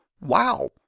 wow